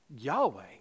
Yahweh